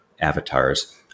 avatars